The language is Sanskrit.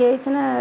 केचन